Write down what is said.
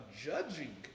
judging